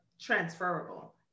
transferable